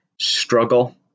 struggle